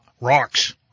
rocks